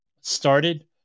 started